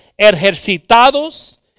ejercitados